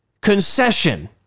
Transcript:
concession